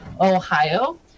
Ohio